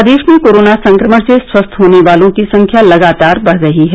प्रदेश में कोरोना संक्रमण से स्वस्थ होने वालों की संख्या लगातार बढ़ रही है